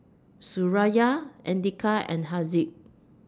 Suraya Andika and Haziq